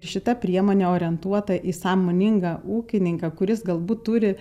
šita priemonė orientuota į sąmoningą ūkininką kuris galbūt turi